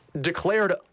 declared